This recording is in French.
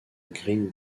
green